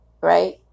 right